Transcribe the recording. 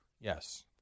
Yes